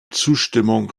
zustimmung